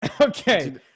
Okay